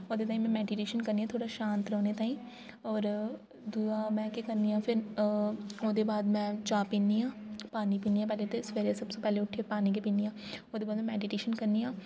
ओह्दे ताहीं में मेडिटेशन करनी आं थोह्ड़ा शांत रौह्ने ताहीं होर दूआ में केह् करनी आं फिर अअ ओह्दे बाद में चाह् पीनी आं पानी पीनी आं पैह्लें ते सबैह्रे सबसे पैह्ले उट्ठियै पानी गै पीनी आं ओह्दे बाद मेडिटेशन करनी आं